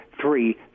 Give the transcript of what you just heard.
three